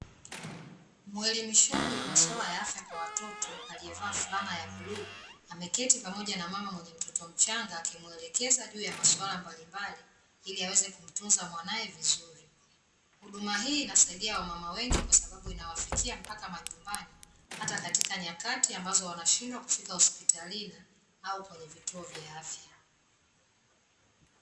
Mwelimishaji wa masuala ya afya kwa watoto aliyevaa fulana ya bluu, ameketi pamoja na mama mwenye mtoto mchanga akimwelekeza juu ya masuala mbalimbali, ili aweze kumtunza mwanawe vizuri. Huduma hii inawasaidia wamama wengi, kwa sababu inawafikia mpaka majumbani, hata katika nyakati ambazo wanashindwa kufika hospitalini au kwenye vituo vya afya.